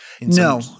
No